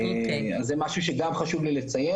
זה משהו שגם חשוב לי לציין,